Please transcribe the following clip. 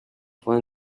fue